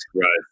growth